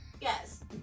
yes